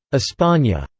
espana!